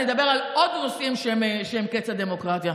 אדבר על עוד נושאים שהם קץ הדמוקרטיה.